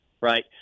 right